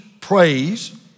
praise